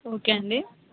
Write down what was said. okay అండి